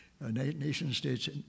nation-states